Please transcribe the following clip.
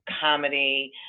comedy